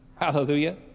Hallelujah